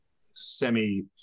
semi